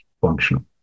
functional